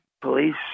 police